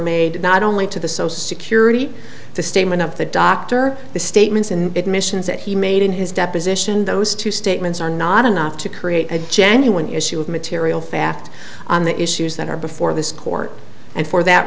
made not only to the so security the statement of the doctor the statements in admissions that he made in his deposition those two statements are not enough to create a genuine issue of material fact on the issues that are before this court and for that